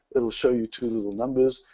it'll show you two little numbers.